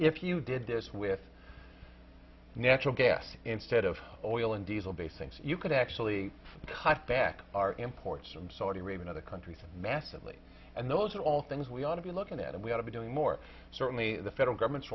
if you did this with natural gas instead of oil and diesel basics you could actually type back our imports from saudi arabia other countries massively and those are all things we ought to be looking at and we ought to be doing more certainly the federal government's